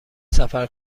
سفر